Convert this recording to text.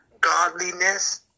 godliness